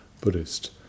Buddhist